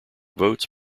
votes